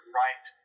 right